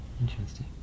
Interesting